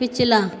पिछला